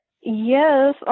Yes